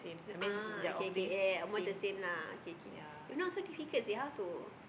ah okay okay yea yea yea almost the same lah okay okay if not so difficult seh how to